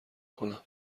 کنم